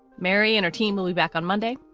mary and her team will be back on monday.